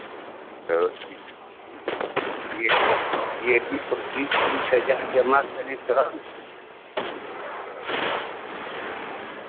यह यदि पच्चीस हज़ार जमा करें तब